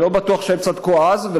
אני לא בטוח שהם צדקו אז,